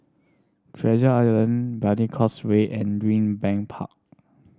Treasure Island Brani Causeway and Greenbank Park